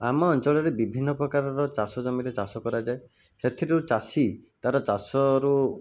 ଆମ ଅଞ୍ଚଳରେ ବିଭିନ୍ନ ପ୍ରକାରର ଚାଷ ଜମିରେ ଚାଷ କରାଯାଏ ସେଥିରୁ ଚାଷୀ ତାର ଚାଷରୁ